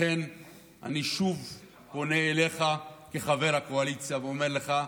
לכן אני שוב פונה אליך כחבר הקואליציה ואומר לך: